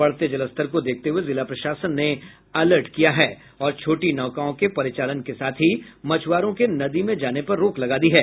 बढ़ते जलस्तर को देखते हुए जिला प्रशासन ने अलर्ट किया है और छोटी नौकाओं के परिचालन के साथ ही मछ्आरे के नदी में जाने पर रोक लगा दी है